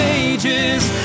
ages